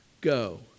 go